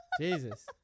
Jesus